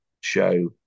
show